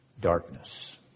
darkness